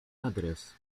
adres